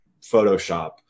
Photoshop